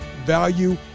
value